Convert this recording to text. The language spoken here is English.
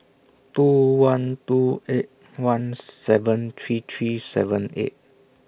two one two eight one seven three three seven eight